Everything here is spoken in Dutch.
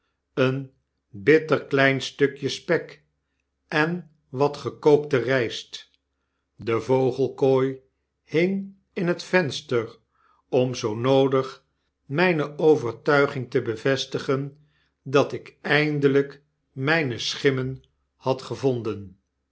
een bitter klein stukje spek en wat gekookte ryst de vogelkooi hing in het venster om zoo noodig myne overtoiling te bevestigen dat ik eindelijk mpe schimmen had gevonden